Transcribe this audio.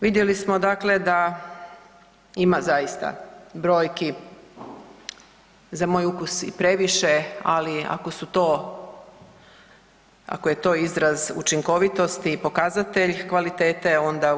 Vidjeli smo dakle da ima zaista brojki za moj ukus i previše, ali ako su to, ako je to izraz učinkovitosti i pokazatelj kvalitete onda u redu.